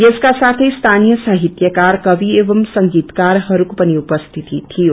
यसका साथै स्थानीय साहितयकार कवि एवं संगीतकारहरूको पनि उपस्थित थिए